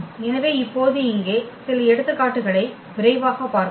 எனவே இப்போது இங்கே சில எடுத்துக்காட்டுகளை விரைவாகப் பார்ப்போம்